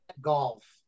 golf